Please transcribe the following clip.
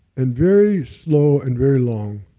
and very slow and very long